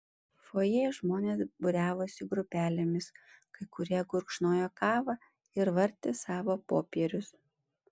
fojė žmonės būriavosi grupelėmis kai kurie gurkšnojo kavą ir vartė savo popierius